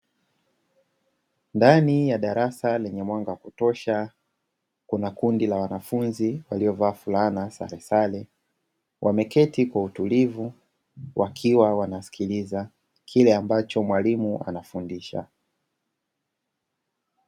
Ndani ya darasa lenye mwanga wa kutosha kuna kundi la wanafunzi waliovaa fulana saresare wameketi kwa utulivu wakiwa wanasikiliza kile ambacho mwalimu anafundisha.